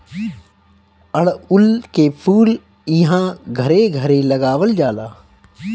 अढ़उल के फूल इहां घरे घरे लगावल जाला